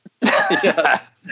Yes